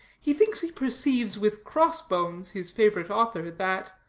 he thinks he perceives with crossbones, his favorite author, that,